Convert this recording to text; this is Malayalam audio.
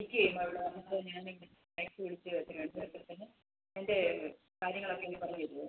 ബുക്ക് ചെയ്യണോ അതോ ഞാനവിടെ ടാക്സി വിളിച്ച് വരണോ ക്ഷേത്രത്തില് അതിന്റെ കാര്യങ്ങളൊക്കെ എനിക്ക് പറഞ്ഞ് തരുമോ